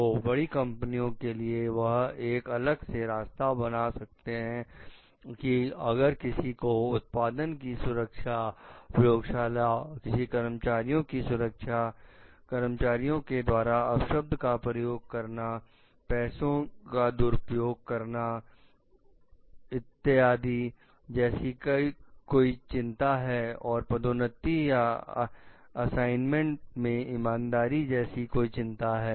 तो बड़ी कंपनियों के लिए वह एक अलग से रास्ता बना कर रखते हैं कि अगर किसी को उत्पाद की सुरक्षा प्रयोगशाला फिर कर्मचारियों की सुरक्षा 6 कर्मचारियों द्वारा अपशब्द का प्रयोग करना पैसों का दुरुपयोग करना इत्यादि जैसी कोई चिंता है और पदोन्नति या असाइनमेंट में इमानदारी जैसी कोई चिंता है